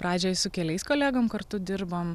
pradžioj su keliais kolegom kartu dirbom